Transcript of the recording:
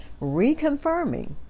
reconfirming